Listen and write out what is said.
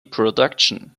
production